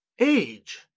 age